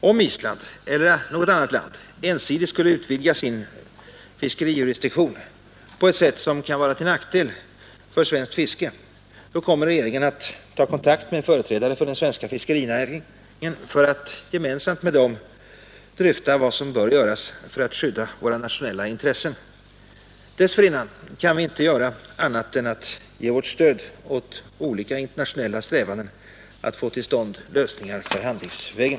Om Island eller annat land ensidigt skulle utvidga sin fiskerijurisdiktion på ett sätt som kan vara till nackdel för svenskt fiske, då kommer regeringen att ta kontakt med företrädarna för den svenska fiskerinäringen för att gemensamt med dem dryfta vad som bör göras för att skydda våra nationella intressen. Dessförinnan kan vi inte göra annat än ge vårt stöd åt olika internationella strävanden att få till stånd lösningar förhandlingsvägen.